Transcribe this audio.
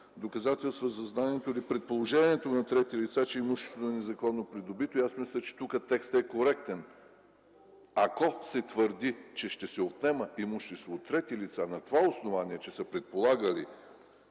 „Доказателства за знанието или предположението на трети лица, че имуществото е незаконно придобито” – мисля, че тук текстът е коректен. Ако се твърди, че ще се отнема имущество от трети лица на това основание – че са предполагали